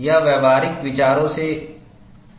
यह व्यावहारिक विचारों से अनुशंसित है